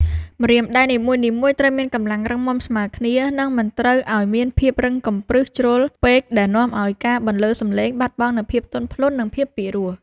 ម្រាមដៃនីមួយៗត្រូវមានកម្លាំងរឹងមាំស្មើគ្នា និងមិនត្រូវឱ្យមានភាពរឹងកំព្រឹសជ្រុលពេកដែលនាំឱ្យការបន្លឺសម្លេងបាត់បង់នូវភាពទន់ភ្លន់ និងភាពពីរោះ។